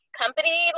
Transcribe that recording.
company